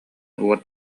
уот